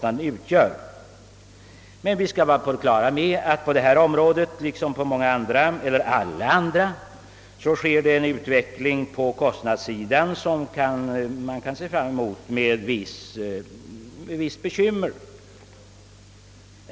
Vi skall emellertid vara på det klara med att det på detta område liksom på alla andra sker en utveckling på kost nadssidan som kan emotses med visst bekymmer.